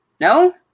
no